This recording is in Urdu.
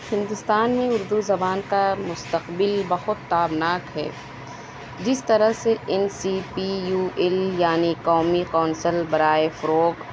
ہندوستان میں اُردو زبان کا مستقبل بہت تابناک ہے جس طرح سے N C P U L یعنی قومی کونسل برائے فروغ